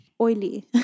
oily